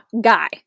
guy